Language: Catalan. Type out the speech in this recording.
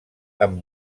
amb